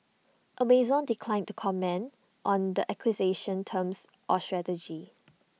Amazon declined to comment on the acquisition's terms or strategy